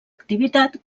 activitat